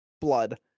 blood